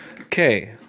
Okay